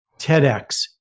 TEDx